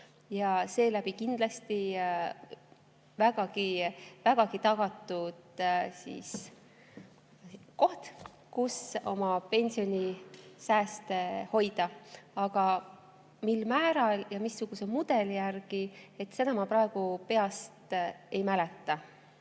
on need kindlasti vägagi tagatud koht, kus oma pensionisääste hoida. Aga mil määral ja missuguse mudeli järgi, seda ma praegu peast ei mäleta.